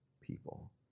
people